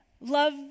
love